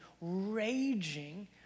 raging